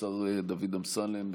השר דוד אמסלם.